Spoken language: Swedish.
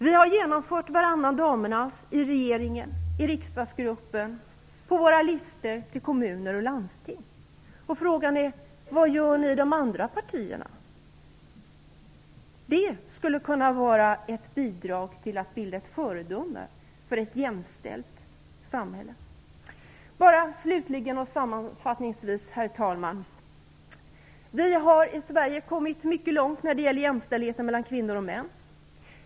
Vi har genomfört varannan damernas i regeringen, i riksdagsgruppen och på våra listor till kommuner och landsting. Frågan är: Vad gör ni i de andra partierna? Ni skulle kunna bidra till att bilda ett föredöme för ett jämställt samhälle. Herr talman! Slutligen och sammanfattningsvis har vi i Sverige kommit mycket långt när det gäller jämställdheten mellan kvinnor och män.